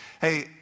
hey